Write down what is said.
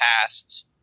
past